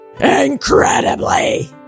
INCREDIBLY